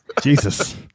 Jesus